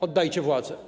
Oddajcie władzę.